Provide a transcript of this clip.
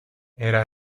era